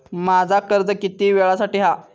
माझा कर्ज किती वेळासाठी हा?